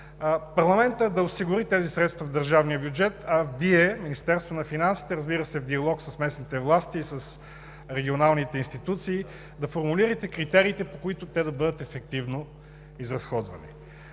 парламентът да осигури тези средства в държавния бюджет. А Вие, Министерството на финансите, разбира се, в диалог с местните власти и с регионалните институции да формулирате и критериите, по които те да бъдат ефективно изразходвани.